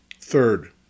Third